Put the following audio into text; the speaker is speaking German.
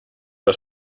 aus